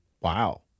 Wow